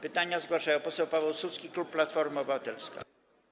Pytania zadaje poseł Paweł Suski, klub Platforma Obywatelska.